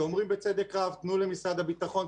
שאומרים בצדק רב: תנו למשרד הביטחון,